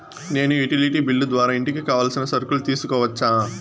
నేను utility bill ద్వారా ఇంటికి కావాల్సిన సరుకులు తీసుకోవచ్చా?